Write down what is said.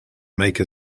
make